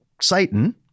Satan